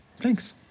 Thanks